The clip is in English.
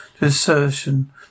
assertion